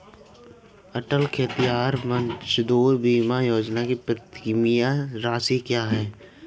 अटल खेतिहर मजदूर बीमा योजना की प्रीमियम राशि क्या है?